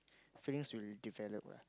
feeling will develop what